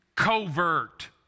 covert